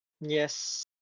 yes